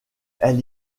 elle